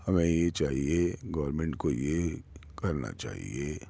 ہمیں یہ چاہیے گورمیںٹ کو یہ کرنا چاہیے